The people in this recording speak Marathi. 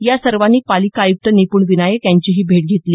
या सर्वांनी पालिका आयुक्त निप्ण विनायक यांचीही भेट घेतली